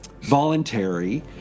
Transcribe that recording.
voluntary